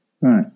Right